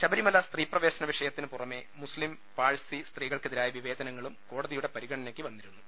ശബരിമല സ്ത്രീപ്രവേശന വിഷയത്തിന് പുറമെ മുസ്ലിം പാഴ്സി സ്ത്രീകൾക്കെതിരായ വിവേചനങ്ങളും കോട തിയുടെ പരിഗണനയ്ക്ക് വന്നിരുന്നു